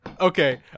Okay